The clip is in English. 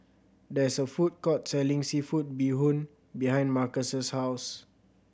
there is a food court selling seafood bee hoon behind Marquez's house